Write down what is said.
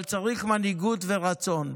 אבל צריך מנהיגות ורצון.